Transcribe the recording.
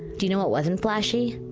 do you know what wasn't flashy?